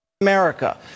America